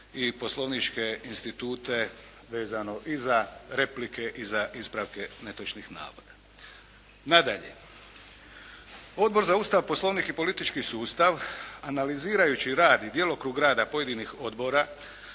i poslovničke institute vezano i za replike i za ispravke netočnih navoda. Nadalje, Odbor za Ustav, Poslovnik i politički sustav analizirajući rad i djelokrug rada pojedinih odbora,